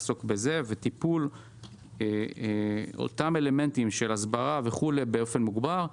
לעסוק בזה וטיפול באותם אלמנטים של הסברה באופן מוגבר,